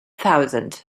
thousand